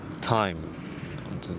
time